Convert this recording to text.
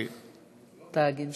התאגיד.